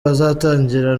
bazatangira